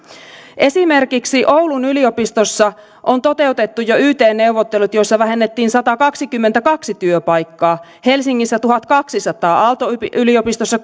esimerkiksi oulun yliopistossa on toteutettu jo yt neuvottelut joissa vähennettiin satakaksikymmentäkaksi työpaikkaa helsingissä tuhatkaksisataa aalto yliopistossa